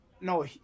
no